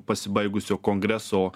pasibaigusio kongreso